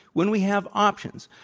when we have options,